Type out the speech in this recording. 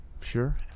sure